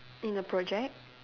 in the project